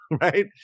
right